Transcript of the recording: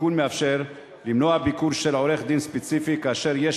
התיקון מאפשר למנוע ביקור של עורך-דין ספציפי כאשר יש